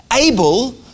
Abel